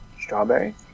Strawberry